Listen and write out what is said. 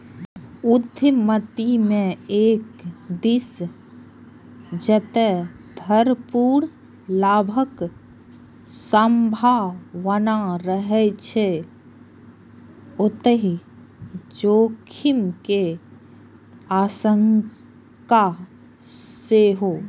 उद्यमिता मे एक दिस जतय भरपूर लाभक संभावना रहै छै, ओतहि जोखिम के आशंका सेहो